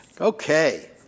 okay